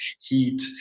Heat